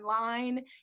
online